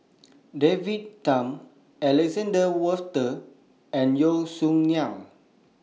David Tham Alexander Wolters and Yeo Song Nian